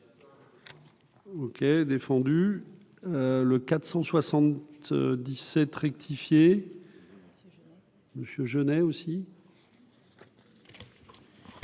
OK, défendu le 460 17 rectifié Monsieur Jeunet aussi.